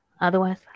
Otherwise